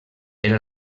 era